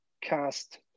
cast